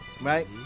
Right